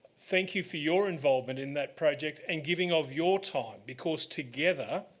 thank you for your involvement in that project and giving of your time because, together,